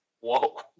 Whoa